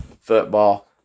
football